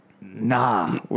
nah